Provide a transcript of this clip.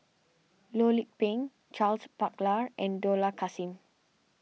Loh Lik Peng Charles Paglar and Dollah Kassim